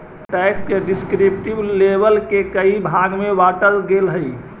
tax के descriptive label के कई भाग में बांटल गेल हई